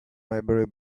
maybury